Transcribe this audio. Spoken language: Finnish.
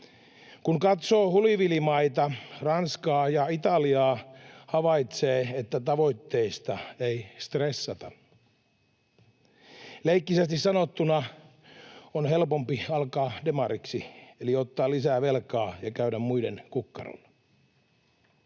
Kun katsoo hulivilimaita Ranskaa ja Italiaa, havaitsee, että tavoitteista ei stressata. Leikkisästi sanottuna on helpompi alkaa demariksi eli ottaa lisää velkaa ja käydä muiden kukkarolla.